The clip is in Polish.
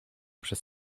przez